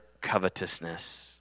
covetousness